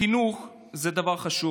חינוך זה דבר חשוב.